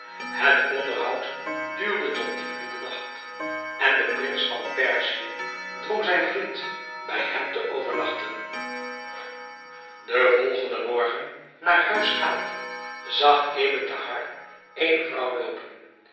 het onderhoud duurde tot diep in den nacht en de prins van perzië dwong zijn vriend bij hem te overnachten den volgenden morgen naar huis gaande zag ebn thahar eene vrouw loopen